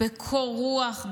בקור רוח,